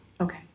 Okay